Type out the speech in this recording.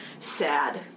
Sad